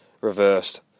Reversed